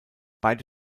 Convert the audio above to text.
beide